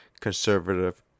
Conservative